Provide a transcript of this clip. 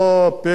עוד הפעם,